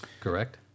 correct